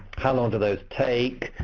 how long do those take?